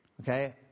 okay